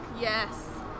Yes